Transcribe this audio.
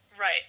Right